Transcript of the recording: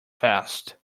fast